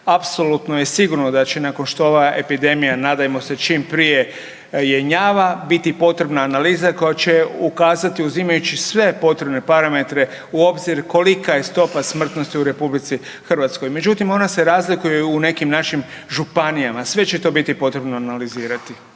Apsolutno je sigurno da će nakon što ova epidemija nadajmo se čim prije jenjava biti potrebna analiza koja će ukazati uzimajući sve potrebne parametre u obzir kolika je stopa smrtnosti u Republici Hrvatskoj. Međutim, ona se razlikuje u nekim našim županijama. Sve će to biti potrebno analizirati.